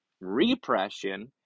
repression